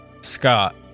Scott